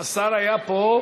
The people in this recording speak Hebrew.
השר היה פה.